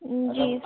जी sir